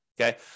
okay